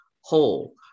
whole